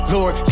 Lord